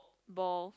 ball